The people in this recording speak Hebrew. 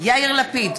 יאיר לפיד,